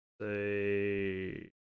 say